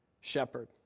shepherd